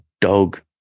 dog